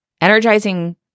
energizing